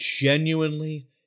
genuinely